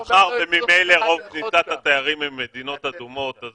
מאחר וממילא רוב כניסת התיירים היא ממדינות אדומות אז